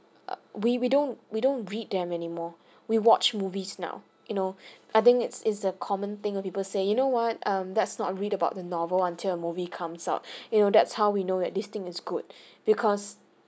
uh we we don't we don't read them anymore we watch movies now you know I think it's is a common thing what people say you know what um let's not read about the novel until a movie comes out you know that's how we know that this thing is good because